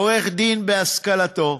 עורך-דין בהשכלתו,